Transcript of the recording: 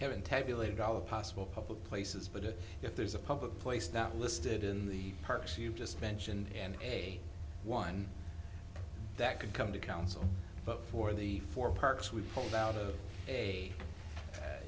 haven't tabulated dollar possible public places but if there's a public place that listed in the parks you just mentioned and a one that could come to council but for the four parks we pulled out of a